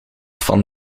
van